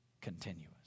continuous